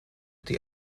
die